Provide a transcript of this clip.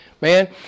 Man